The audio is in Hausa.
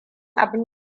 abin